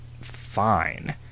fine